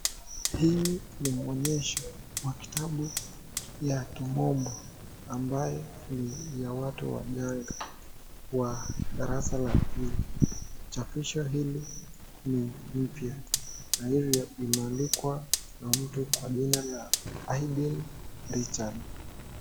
Huu ni muonyesho wa kitabu ya kimombo ambaye ni ya watu wachoyo wa darasa la pili chapisho hili ni mpya na imeandikwa na mtu kwa jina la Ivine Richard.